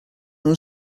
nhw